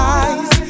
eyes